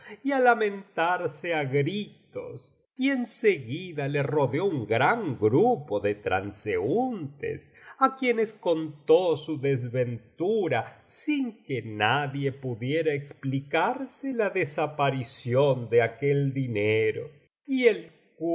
á lamentarse á gritos y en seguida le rodeó un gran grupo de transeúntes á quienes contó su desventura sin que nadie pudiera explicarse la desaparición ele aquel dinero y elkuz